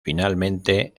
finalmente